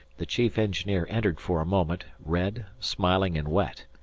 the chief engineer entered for a moment, red, smiling, and wet.